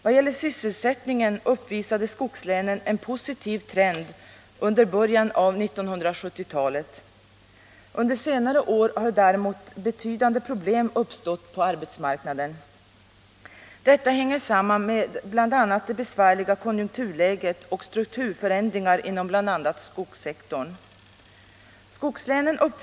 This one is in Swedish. Vad gäller sysselsättningen uppvisade skogslänen en positiv trend under början av 1970-talet. Under senare år har däremot betydande problem uppstått på arbetsmarknaden. Detta hänger samman med bl.a. det besvärliga konjunkturläget och strukturförändringar inom bl.a. skogssektorn.